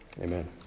Amen